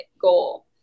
goal